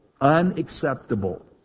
Unacceptable